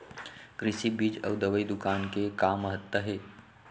कृषि बीज अउ दवई दुकान के का महत्ता हे?